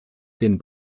den